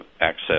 access